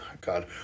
God